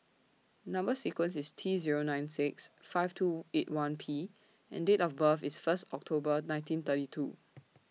Number sequence IS T Zero nine six five two eight one P and Date of birth IS First October nineteen thirty two